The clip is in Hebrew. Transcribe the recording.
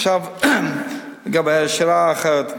עכשיו לגבי השאלה האחרת,